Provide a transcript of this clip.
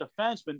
defenseman